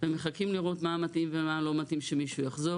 ומחכים לראות מה מתאים ומה לא מתאים שמישהו יחזור,